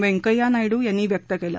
व्यंकया नायडू यांनी व्यक्त केलं